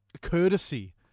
courtesy